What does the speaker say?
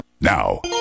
Now